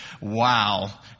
Wow